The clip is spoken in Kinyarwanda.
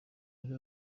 yari